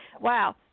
Wow